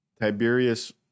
Tiberius